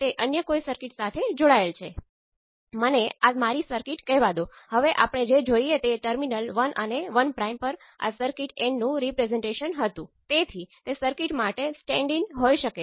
તેથી linear equation variable છે